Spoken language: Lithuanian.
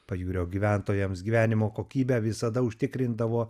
pajūrio gyventojams gyvenimo kokybę visada užtikrindavo